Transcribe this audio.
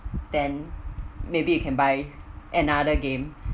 then maybe you can buy another game